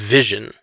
Vision